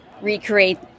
recreate